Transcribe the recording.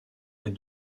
est